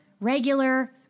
regular